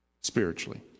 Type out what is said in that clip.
spiritually